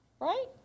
right